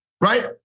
Right